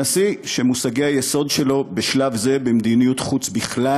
נשיא שמושגי היסוד שלו בשלב זה במדיניות חוץ בכלל